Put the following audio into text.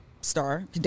star